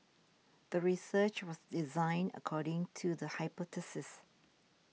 the research was designed according to the hypothesis